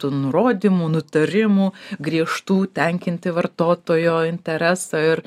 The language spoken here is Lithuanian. tų nurodymų nutarimų griežtų tenkinti vartotojo interesą ir